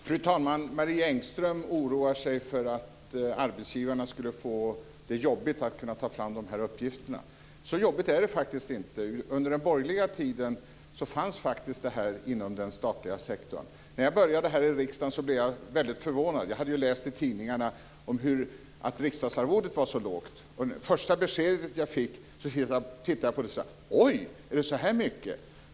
Fru talman! Marie Engström oroar sig för att arbetsgivarna skulle få det jobbigt att ta fram de här uppgifterna. Så jobbigt är det faktiskt inte. Under den borgerliga tiden fanns faktiskt det här inom den statliga sektorn. När jag började här i riksdagen blev jag väldigt förvånad. Jag hade ju läst i tidningarna att riksdagsarvodet var så lågt. När jag fick första beskedet tittade jag på det och sade: Oj! Är det så här mycket?